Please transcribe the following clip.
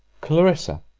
clarissa!